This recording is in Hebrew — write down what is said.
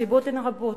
הסיבות הן רבות,